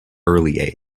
early